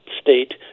state